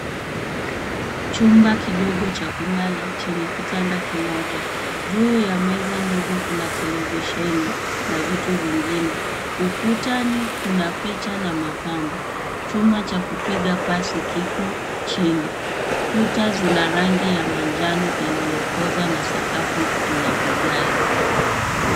Chumba kidogo cha kulala chenye kitanda kimoja. Juu ya meza ndogo kuna televisheni na vitu vingine. Ukutani kuna picha na mapambo. Chuma cha kupiga pasi kiko chini. Kuta zina rangi ya manjano iliyokoza na sakafu ina vigae.